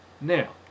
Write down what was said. Now